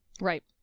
Right